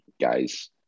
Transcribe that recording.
guys